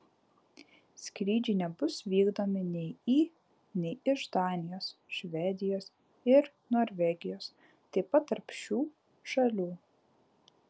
skrydžiai nebus vykdomi nei į nei iš danijos švedijos ir norvegijos taip pat tarp šių šalių